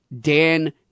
Dan